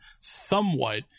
somewhat